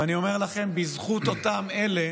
ואני אומר לכם, בזכות אותם אלה